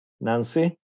Nancy